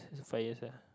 five years ya